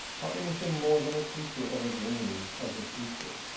are anything more than a creature of a dream of the future,